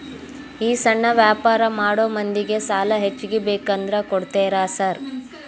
ಈ ಸಣ್ಣ ವ್ಯಾಪಾರ ಮಾಡೋ ಮಂದಿಗೆ ಸಾಲ ಹೆಚ್ಚಿಗಿ ಬೇಕಂದ್ರ ಕೊಡ್ತೇರಾ ಸಾರ್?